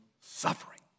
suffering